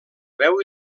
veu